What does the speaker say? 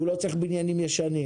הוא לא צריך בניינים ישנים.